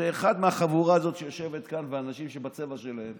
זה אחד מהחבורה הזאת שיושבת כאן והאנשים שבצבע שלהם